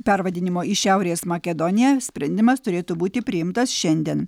pervadinimo į šiaurės makedoniją sprendimas turėtų būti priimtas šiandien